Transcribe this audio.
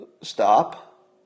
stop